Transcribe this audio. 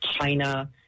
China